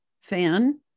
fan